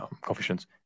coefficients